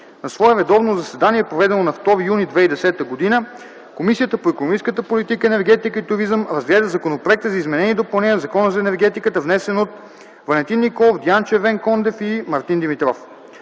На свое редовно заседание, проведено на 2 юни 2010 г., Комисията по икономическата политика, енергетика и туризъм разгледа Законопроекта за изменение и допълнение на Закона за енергетиката, внесен от Валентин Николов, Диан Червенкондев и Мартин Димитров